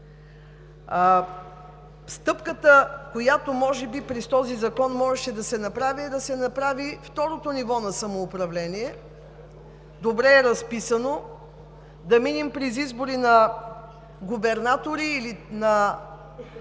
Стъпката, която може би през този закон можеше да се направи, е да се направи второто ниво на самоуправление – добре е разписано, да минем през избори на губернатори или на